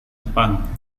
jepang